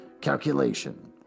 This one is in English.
calculation